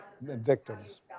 Victims